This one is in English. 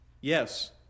Yes